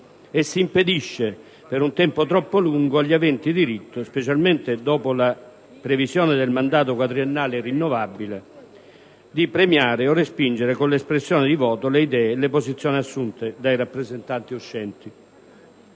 e si impedisce per un tempo troppo lungo agli aventi diritto, specialmente dopo la previsione del mandato quadriennale rinnovabile, di premiare o respingere con l'espressione di voto le idee e le posizioni assunte dai rappresentanti uscenti.